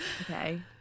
Okay